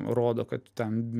rodo kad ten